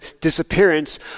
disappearance